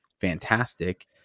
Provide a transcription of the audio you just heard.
fantastic